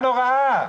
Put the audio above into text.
פגיעה נוראה.